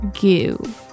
goo